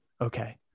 Okay